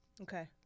Okay